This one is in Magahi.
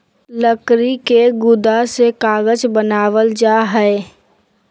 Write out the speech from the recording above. लकड़ी के गुदा से कागज बनावल जा हय